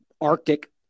Arctic